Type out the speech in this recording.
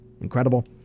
incredible